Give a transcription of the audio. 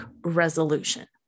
resolution